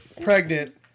pregnant